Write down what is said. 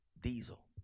Diesel